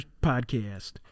podcast